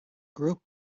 group